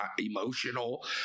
emotional